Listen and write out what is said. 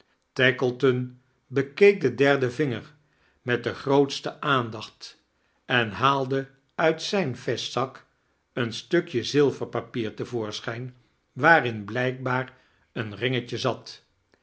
tackleton bekeek den derden vinger met de grootste aandacht en haalde uit zijn vestjeszak een stukjo zilverpapier te voorschijn waarin blijkbaar een ringetje zat